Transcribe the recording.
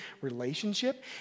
relationship